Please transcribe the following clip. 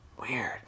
Weird